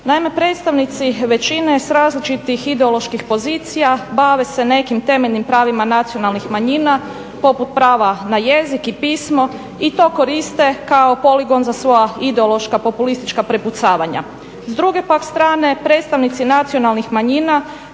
Naime, predstavnici većine s različitih ideoloških pozicija bave se nekim temeljnim pravima nacionalnih manjina poput prava na jezik i pismo i to koriste kao poligon za svoja ideološka, populistička prepucavanja. S druge pak strane predstavnici nacionalnih manjina